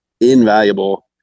invaluable